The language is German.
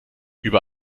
über